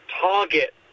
target